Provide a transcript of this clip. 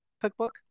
Cookbook